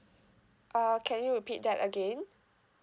uh can you repeat that again